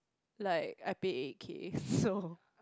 like I paid eight K so